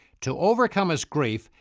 to overcome his grief,